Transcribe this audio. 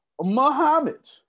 Muhammad